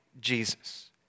Jesus